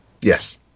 Yes